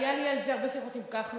היו לי על זה הרבה שיחות עם כחלון,